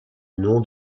nom